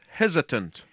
hesitant